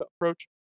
approach